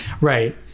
right